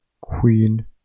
Queen